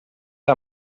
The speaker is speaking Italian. che